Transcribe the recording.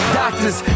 doctors